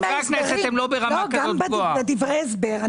זה גם בדברי הסבר.